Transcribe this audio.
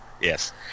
Yes